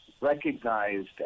recognized